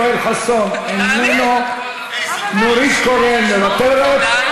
יואל חסון, איננו, נורית קורן, מוותרת.